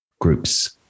groups